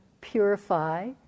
purify